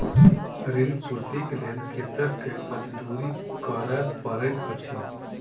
ऋण पूर्तीक लेल कृषक के मजदूरी करअ पड़ैत अछि